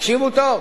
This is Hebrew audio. תקשיבו טוב.